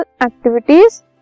activities